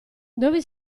dove